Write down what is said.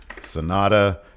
Sonata